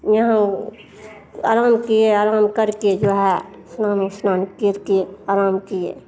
यहाँ आराम किए आराम करके जो है स्नान उसनान करके आराम किए